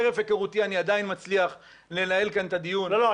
חרף היכרותי אני עדיין מצליח לנהל כאן את הדיון --- לא,